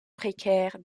précaires